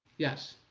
yes.